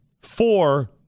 four